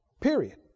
period